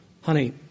honey